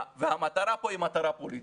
המטרה פה היא מטרה פוליטית.